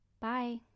Bye